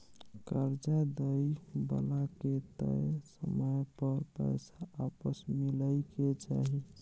कर्जा दइ बला के तय समय पर पैसा आपस मिलइ के चाही